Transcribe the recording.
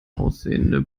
aussehende